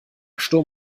sturm